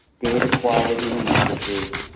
data quality and linkages,